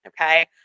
Okay